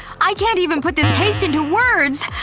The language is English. i can't even put this taste into words.